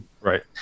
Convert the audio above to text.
Right